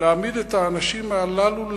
להעמיד את האנשים הללו לדין,